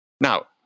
Now